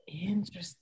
interesting